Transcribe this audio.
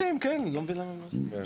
אני לא מבין למה הם לא עושים את זה בשלבים.